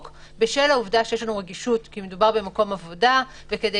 מכיוון שיש לנו רגישות כי מדובר במקום עבודה וכדי